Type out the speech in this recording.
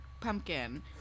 pumpkin